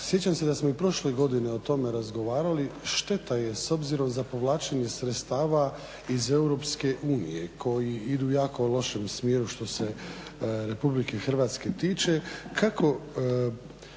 sjećam se da smo i prošle godine o tome razgovarali, šteta je s obzirom za povlačenje sredstava iz Europske unije koji idu u jako lošem smjeru što se Republike Hrvatske tiče.